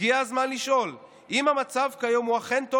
הגיע הזמן לשאול אם המצב כיום הוא אכן טוב